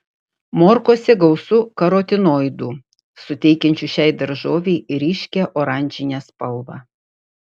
morkose gausu karotinoidų suteikiančių šiai daržovei ryškią oranžinę spalvą